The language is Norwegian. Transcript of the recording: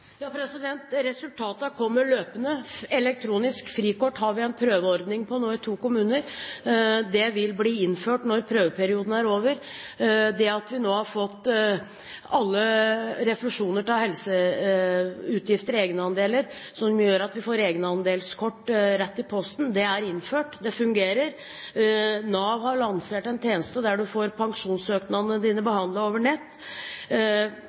kommer løpende. Elektronisk frikort har vi en prøveordning på nå i to kommuner. Det vil bli innført når prøveperioden er over. Vi har nå fått innført at alle refusjoner av helseutgifter – egenandeler – får vi som et egenandelskort rett i posten. Det fungerer. Nav har lansert en tjeneste der du får pensjonssøknadene dine behandlet over nett.